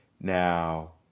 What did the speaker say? Now